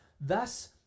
thus